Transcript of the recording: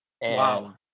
Wow